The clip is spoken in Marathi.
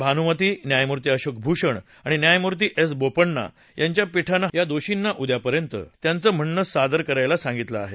भानूमती न्यायमूर्ती अशोक भूषण आणि न्यायमूर्ती एस बोपण्णा यांच्या पीठानं या दोषींना उद्यापर्यंत त्याचं म्हणणं सादर करायला सांगितलं आहे